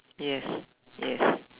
yes yes